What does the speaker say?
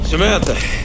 Samantha